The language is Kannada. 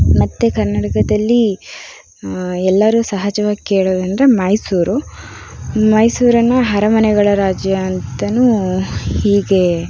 ಮತ್ತೆ ಕರ್ನಾಟಕದಲ್ಲಿ ಎಲ್ಲರೂ ಸಹಜವಾಗಿ ಕೇಳೋದಂದ್ರೆ ಮೈಸೂರು ಮೈಸೂರನ್ನು ಅರಮನೆಗಳ ರಾಜ್ಯ ಅಂತಲೂ ಹೀಗೆ